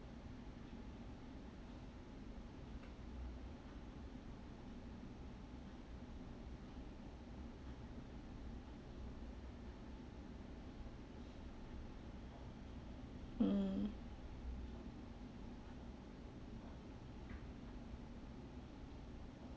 mm